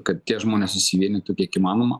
kad tie žmonės susivienytų kiek įmanoma